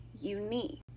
unique